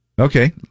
Okay